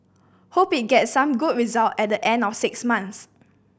hope it gets some good result at the end of the six months